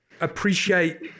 appreciate